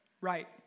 right